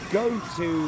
go-to